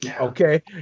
Okay